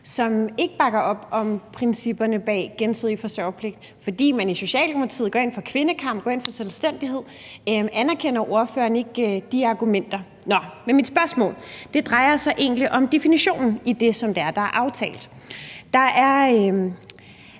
som ikke bakker op om principperne bag gensidig forsørgerpligt, fordi man i Socialdemokratiet går ind for kvindekamp, for selvstændighed. Anerkender ordføreren ikke de argumenter? Nå, men til mit spørgsmål. Det drejer sig egentlig om definitionen på det, som er aftalt. Vi